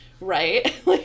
right